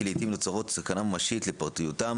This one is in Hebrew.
כי לעיתים נוצרת סכנה ממשית לפרטיותם